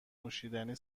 نوشیدنی